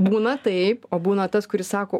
būna taip o būna tas kuris sako